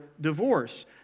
divorce